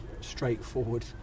straightforward